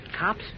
Cops